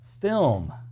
Film